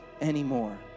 anymore